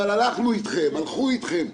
אבל הלכנו אתכם, הלכו אתכם.